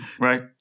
Right